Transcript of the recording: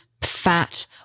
fat